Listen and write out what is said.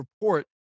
report